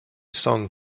song